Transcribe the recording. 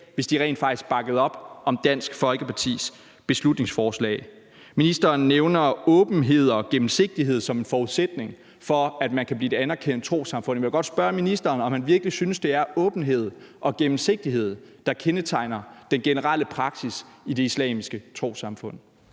hvis de rent faktisk bakkede op om Dansk Folkepartis beslutningsforslag. Ministeren nævner åbenhed og gennemsigtighed som en forudsætning for, at man kan blive et anerkendt trossamfund. Jeg vil godt spørge ministeren, om han virkelig synes, det er åbenhed og gennemsigtighed, der kendetegner den generelle praksis i Det Islamiske Trossamfund.